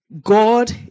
God